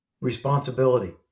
responsibility